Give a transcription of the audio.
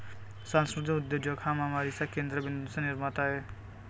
सांस्कृतिक उद्योजक हा महामारीच्या केंद्र बिंदूंचा निर्माता आहे